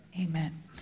Amen